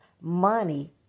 money